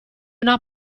una